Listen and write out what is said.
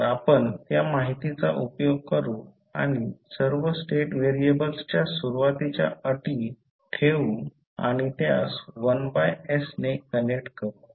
तर आपण त्या माहितीचा उपयोग करू आणि सर्व स्टेट व्हेरिएबलच्या सुरुवातीच्या अटी ठेवू आणि त्यास 1 बाय s ने कनेक्ट करू